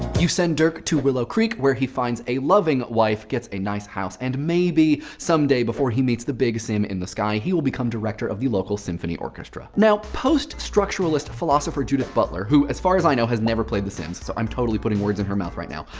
you send dirk to willow creek, where he finds a loving wife, gets a house, and maybe, some day, before he meets the big sim in the sky, he will become director of the local symphony orchestra. now post-structuralist philosopher judith butler, who as far as i know, has never played the sims, so i'm totally putting words in her mouth right now,